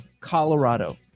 Colorado